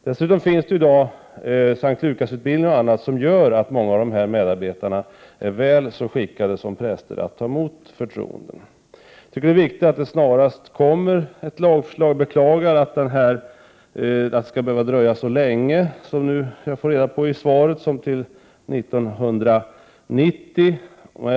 Dessutom finns i dag S:t Lukasutbildningen och annat som gör att många av dessa medarbetare är väl så skickade som präster att ta emot förtroenden. Jag tycker att det är viktigt att det snarast kommer ett lagförslag. Jag beklagar att det skall behöva dröja så länge som till 1990, vilket jag fått reda på genom svaret.